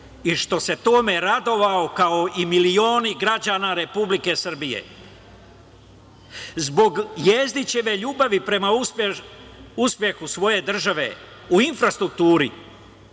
i što se tome radovao kao i milioni građana Republike Srbije. Zbog Jezdićeve ljubavi prema uspehu svoje države u infrastrukturi,